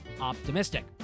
optimistic